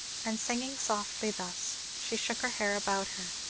and, singing softly thus, she shook her hair about her,